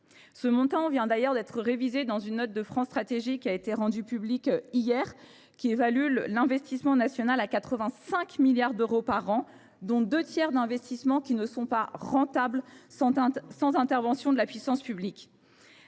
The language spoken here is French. Ce montant vient d’ailleurs d’être révisé dans une note de France Stratégie, rendue publique hier, qui évalue l’investissement national à 85 milliards d’euros, dont deux tiers d’investissements qui ne sont pas rentables sans intervention de la puissance publique.